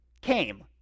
came